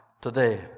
today